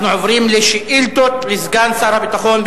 אנחנו עוברים לשאילתות לסגן שר הביטחון.